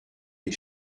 des